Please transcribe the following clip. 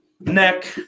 neck